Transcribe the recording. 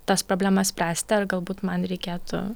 tas problemas spręsti ar galbūt man reikėtų